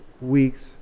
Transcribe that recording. week's